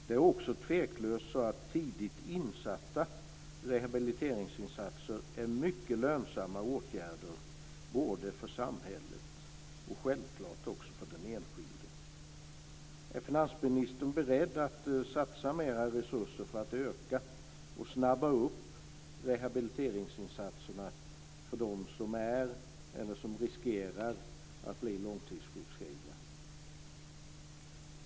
Det är också tveklöst så att tidigt insatta rehabiliteringsinsatser är mycket lönsamma åtgärder både för samhället och självklart också för den enskilde.